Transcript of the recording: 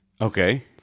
Okay